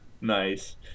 Nice